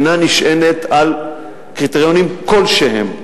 אינה נשענת על קריטריונים כלשהם,